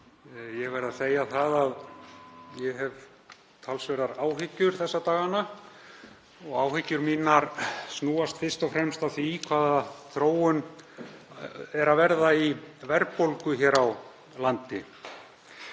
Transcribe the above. Ég verð að segja að ég hef talsverðar áhyggjur þessa dagana. Áhyggjur mínar snúa fyrst og fremst að því hvaða þróun er að verða í verðbólgu hér á landi.